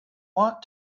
want